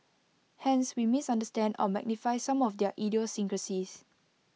hence we misunderstand or magnify some of their idiosyncrasies